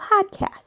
podcast